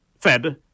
fed